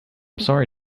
sorry